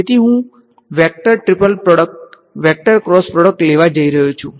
તેથીહું vector triple product vector cross product લેવા જઈ રહ્યો છું